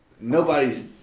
nobody's